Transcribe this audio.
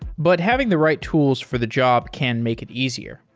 but having the right tools for the job can make it easier.